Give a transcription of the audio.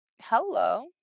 Hello